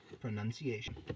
pronunciation